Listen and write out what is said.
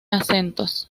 acentos